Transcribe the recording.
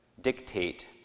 dictate